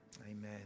Amen